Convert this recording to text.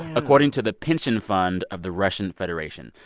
according to the pension fund of the russian federation.